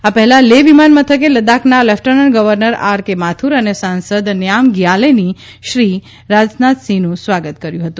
આ પહેલા લેહ વિમાનમથકે લદ્દાખના lieutenant governor R K Mathur અને સાંસદ નામગ્યાલે શ્રી રાજનાથ સિંહનું સ્વાગત કર્યું હતું